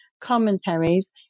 commentaries